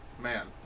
Man